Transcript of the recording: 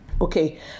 okay